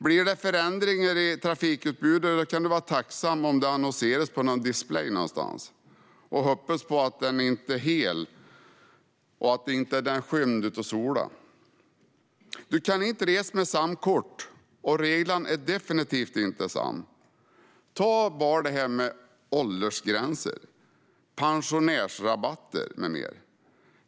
Blir det förändringar i trafikutbudet kan du vara tacksam om det annonseras på någon display och hoppas på att den är hel och att den inte är skymd av solen. Du kan inte resa med samma kort överallt, och reglerna är definitivt inte desamma. Ta bara det här med åldersgränser och pensionärsrabatter med mera!